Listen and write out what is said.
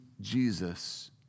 Jesus